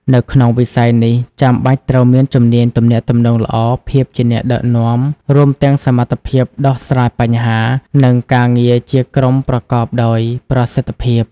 នៅក្នុងវិស័យនេះចាំបាច់ត្រូវមានជំនាញទំនាក់ទំនងល្អ ភាពជាអ្នកដឹកនាំ រួមទាំងសមត្ថភាពដោះស្រាយបញ្ហា និងការងារជាក្រុមប្រកបដោយប្រសិទ្ធភាព។